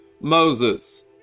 Moses